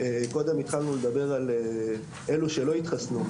קודם התחלנו לדבר על אלו שלא התחסנו,